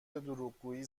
دروغگویی